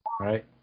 Right